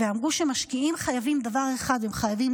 ואמרו שמשקיעים חייבים דבר אחד: הם חייבים